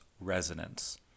resonance